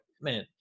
man